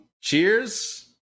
cheers